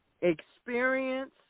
experience